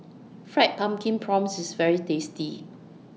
Fried Pumpkin Prawns IS very tasty